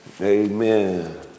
Amen